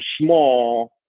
small